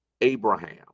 Abraham